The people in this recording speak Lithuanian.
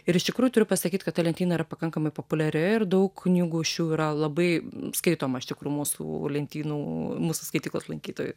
ir iš tikrųjų turiu pasakyt kad ta lentyna yra pakankamai populiari ir daug knygų iš jų yra labai skaitoma iš tikro mūsų lentynų mūsų skaityklos lankytojų